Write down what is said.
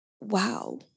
Wow